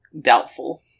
Doubtful